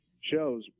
shows